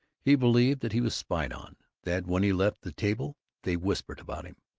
he believed that he was spied on that when he left the table they whispered about him.